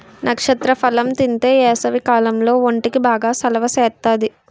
నక్షత్ర ఫలం తింతే ఏసవికాలంలో ఒంటికి బాగా సలవ సేత్తాది